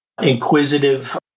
inquisitive